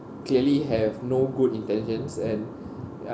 clearly have no good intentions and uh